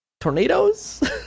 tornadoes